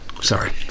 Sorry